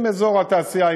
עם אזור התעשייה,